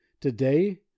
today